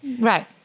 Right